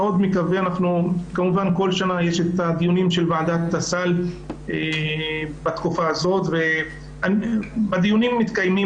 כל שנה יש את הדיונים של ועדת הסל בתקופה הזאת והדיונים מתקיימים,